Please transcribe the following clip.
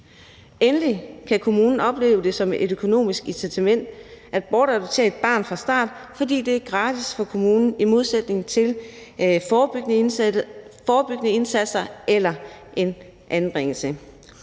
Endelig kan kommunen opleve det som et økonomisk incitament at bortadoptere et barn fra start, fordi det i modsætning til forebyggende indsatser eller en anbringelse